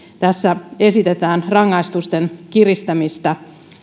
tässä esitetään rangaistusten kiristämistä